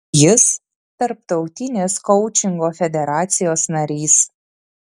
jis tarptautinės koučingo federacijos narys